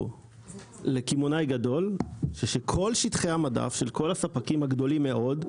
שאסור לקמעונאי גדול שכל שטחי המדף של כל הספקים הגדולים מאוד,